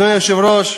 אדוני היושב-ראש,